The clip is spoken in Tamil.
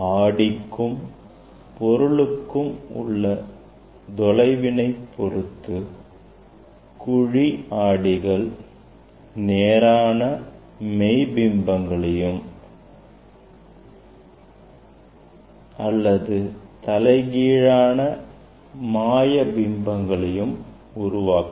ஆடிக்கும் பொருட்களுக்கும் உள்ள தொலைவினை பொருத்து குழி ஆடிகள் நேரான மெய் பிம்பங்களையும் தலைகீழான மாய பிம்பங்களையும் உருவாக்கும்